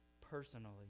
personally